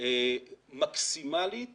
מקסימלית